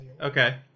Okay